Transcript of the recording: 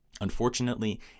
Unfortunately